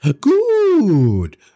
Good